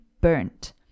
burnt